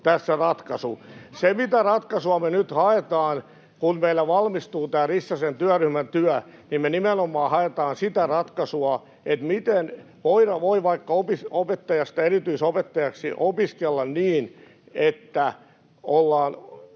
Se, mitä ratkaisua me nyt haetaan, kun meillä valmistuu tämä Rissasen työryhmän työ, on nimenomaan se, miten voi vaikka opettajasta erityisopettajaksi opiskella niin, että ollaan